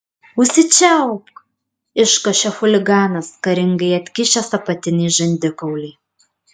užsičiaupk iškošė chuliganas karingai atkišęs apatinį žandikaulį